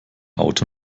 auto